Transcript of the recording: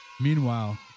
Meanwhile